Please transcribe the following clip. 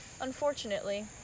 unfortunately